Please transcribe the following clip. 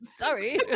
Sorry